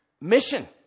mission